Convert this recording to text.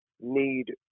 need